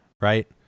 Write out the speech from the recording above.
right